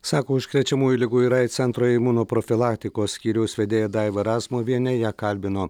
sako užkrečiamųjų ligų ir aids centro imunoprofilaktikos skyriaus vedėja daiva razmuvienė ją kalbino